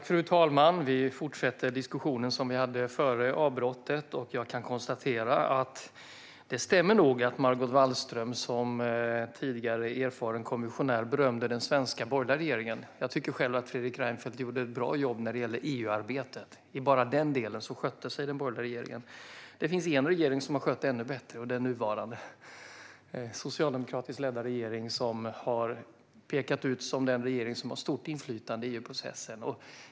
Fru talman! Vi fortsätter den diskussion som vi hade före uppehållet. Jag kan konstatera att det nog stämmer att Margot Wallström, som tidigare erfaren kommissionär, berömde den svenska borgerliga regeringen. Jag tycker själv att Fredrik Reinfeldt gjorde ett bra jobb när det gällde EU-arbetet. I bara den delen skötte sig den borgerliga regeringen. Det finns en regering som har skött det ännu bättre. Det är den nuvarande socialdemokratiskt ledda regeringen, som har pekats ut som den regering som har stort inflytande i EU-processen.